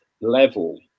level